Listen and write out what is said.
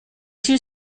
two